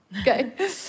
okay